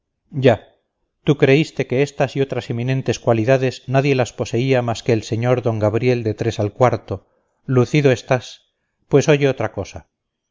ya tú creíste que estas y otras eminentes cualidades nadie las poseía más que el sr d gabriel de tres al cuarto lucido estás pues oye otra cosa